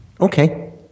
Okay